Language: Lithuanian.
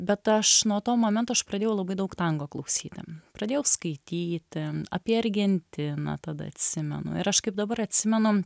bet aš nuo to momento aš pradėjau labai daug tango klausyti pradėjau skaityti apie argentiną tada atsimenu ir aš kaip dabar atsimenu